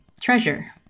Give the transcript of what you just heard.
treasure